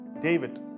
David